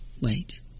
Wait